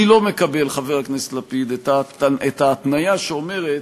אני לא מקבל, חבר הכנסת לפיד, את ההתניה שאומרת: